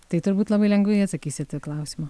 tai turbūt labai lengvai atsakysit į klausimą